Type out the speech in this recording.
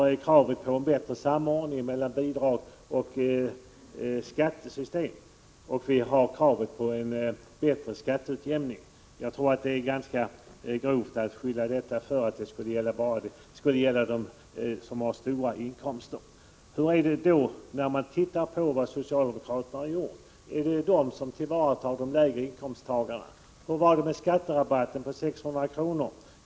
Vi kräver bättre samordning mellan bidrag och skattesystem och vi kräver en bättre skatteutjämning. Jag tycker att det är ganska grovt att påstå att detta bara skulle gälla dem som har stora inkomster. Hur ser det ut om man tittar på vad socialdemokraterna har gjort? Är det de som tillvaratar de lägre inkomsttagarnas intressen? Hur var det med skatterabatten på 600 kr.?